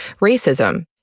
racism